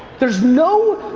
there's no